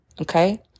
Okay